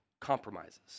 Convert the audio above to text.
compromises